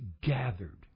gathered